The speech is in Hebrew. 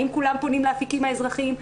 האם כולם פונים לאפיקים האזרחיים?